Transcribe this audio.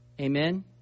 Amen